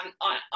on